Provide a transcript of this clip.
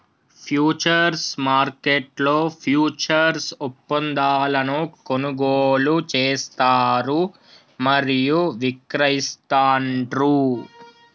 futures మార్కెట్లో futures ఒప్పందాలను కొనుగోలు చేస్తారు మరియు విక్రయిస్తాండ్రు